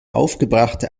aufgebrachte